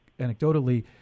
anecdotally